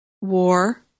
war